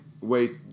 Wait